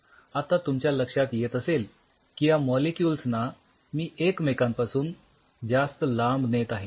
आता तुमच्या लक्षात येत असेल की या मॉलिक्युल्सना मी एकमेकांपासून जास्त लांब नेत आहे